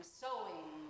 sewing